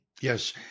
Yes